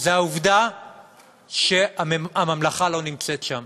זה העובדה שהממלכה לא נמצאת שם.